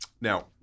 Now